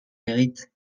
mérite